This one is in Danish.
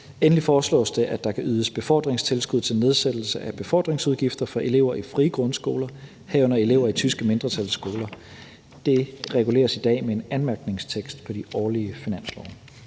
Endelig foreslås det, at der kan ydes befordringstilskud til nedsættelse af befordringsudgifter for elever i frie grundskoler, herunder elever i de tyske mindretals skoler. Det reguleres i dag med en anmærkningstekst på de årlige finanslove.